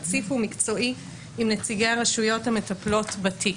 רציף ומקצועי עם נציגי הרשויות המטפלות בתיק.